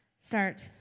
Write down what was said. start